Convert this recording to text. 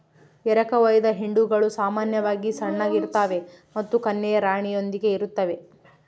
ಎರಕಹೊಯ್ದ ಹಿಂಡುಗಳು ಸಾಮಾನ್ಯವಾಗಿ ಸಣ್ಣದಾಗಿರ್ತವೆ ಮತ್ತು ಕನ್ಯೆಯ ರಾಣಿಯೊಂದಿಗೆ ಇರುತ್ತವೆ